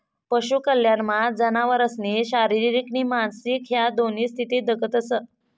पशु कल्याणमा जनावरसनी शारीरिक नी मानसिक ह्या दोन्ही स्थिती दखतंस